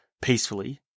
Peacefully